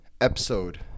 episode